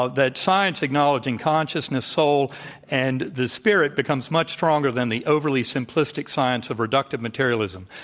ah that science acknowledging consciousness, soul and the spirit becomes much stronger than the overly simplistic science of reductive materialism.